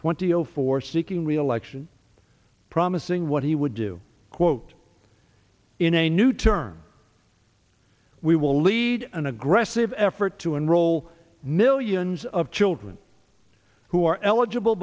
twenty zero for seeking reelection promising what he would do quote in a new term we will lead an aggressive effort to enroll millions of children who are eligible